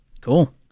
Cool